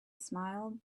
smiled